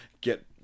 get